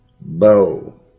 bow